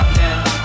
now